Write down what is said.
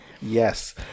Yes